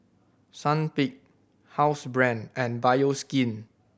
Sunquick Housebrand and Bioskin